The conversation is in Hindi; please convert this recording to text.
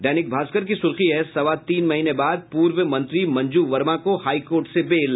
दैनिक भास्कर की सुर्खी है सवा तीन महीने बाद पूर्व मंत्री मंजू वर्मा को हाई कोर्ट से बेल